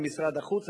יחד עם משרד החוץ.